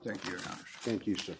thank you thank you